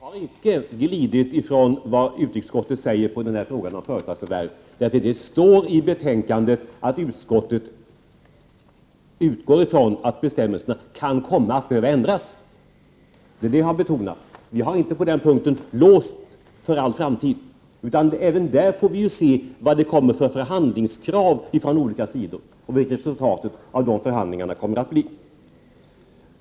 Fru talman! Jag har icke glidit ifrån utskottets skrivning om företagsförvärv. I betänkandet står det att utskottet utgår från att bestämmelserna kan komma att behöva ändras. Det är vad som har betonats. Vi har inte låst oss för all framtid på den punkten. Även därvidlag får vi se vilka förhandlingskrav som kommer från olika sidor och vad resultatet av förhandlingarna kommer att bli.